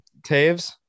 Taves